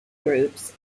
groups